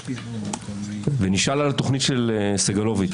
הוא נשאל על התוכנית של סגלוביץ'.